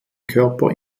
körper